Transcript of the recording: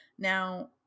now